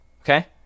Okay